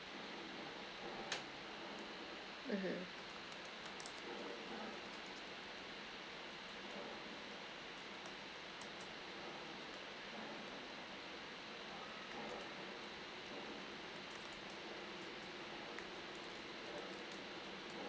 mmhmm